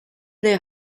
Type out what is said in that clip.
their